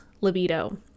libido